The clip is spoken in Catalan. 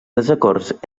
desacords